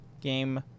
game